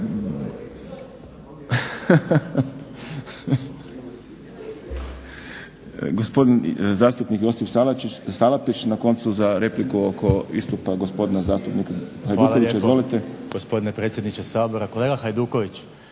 Hvala lijepo, gospodine predsjedniče Sabora. Kolega Hajduković,